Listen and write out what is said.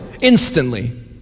instantly